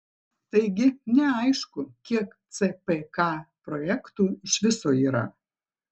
taigi neaišku kiek cpk projektų iš viso yra